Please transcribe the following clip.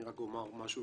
אני רק אומר משהו.